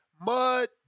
Mud